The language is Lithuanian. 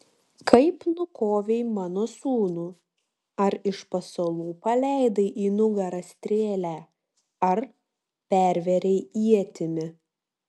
kaip nukovei mano sūnų ar iš pasalų paleidai į nugarą strėlę ar pervėrei ietimi